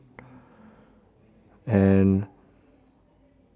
and